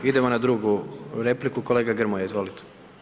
Idemo na drugu repliku, kolega Grmoja, izvolite.